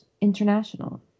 International